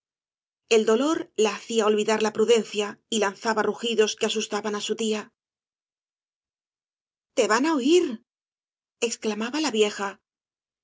e dolor la hacía olvidar la prudencia y lanzaba rugidos que asustaban á su tía te van á oirl exclamaba la vieja